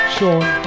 Sean